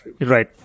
right